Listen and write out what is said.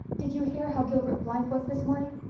did you hear how gilbert blythe was this morning?